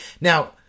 Now